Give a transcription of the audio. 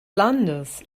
landes